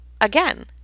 again